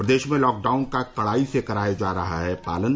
प्रदेश में लॉकडाउन का कड़ाई से कराया जा रहा है पालन